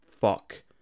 fuck